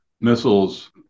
missiles